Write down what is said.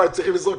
שלום